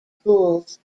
schools